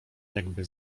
jakby